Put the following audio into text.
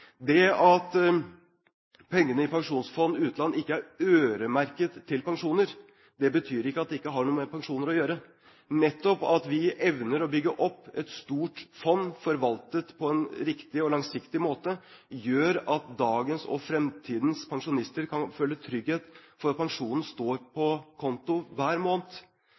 Det at pengene i Statens pensjonsfond utland ikke er øremerket til pensjoner, betyr ikke at det ikke har noe med pensjoner å gjøre. Nettopp det at vi evner å bygge opp et stort fond, forvaltet på en riktig og langsiktig måte, gjør at dagens og fremtidens pensjonister kan føle trygghet for at pensjonen står på konto hver måned.